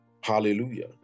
Hallelujah